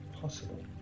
possible